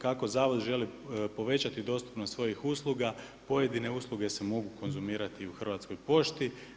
Kako Zavod želi povećati dostupnost svojih usluga, pojedine usluge se mogu konzumirati u Hrvatskoj pošti.